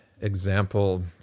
example